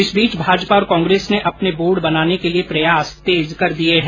इस बीच भाजपा और कांग्रेस ने अपने बोर्ड बनाने के लिए प्रयास तेज कर दिये हैं